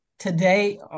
Today